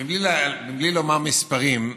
מבלי לומר מספרים,